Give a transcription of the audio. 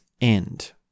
end